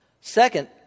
Second